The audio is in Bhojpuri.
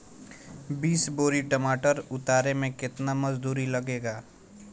बीस बोरी टमाटर उतारे मे केतना मजदुरी लगेगा?